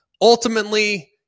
Ultimately